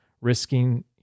Risking